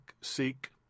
seek